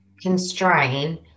constrain